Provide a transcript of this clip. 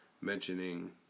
mentioning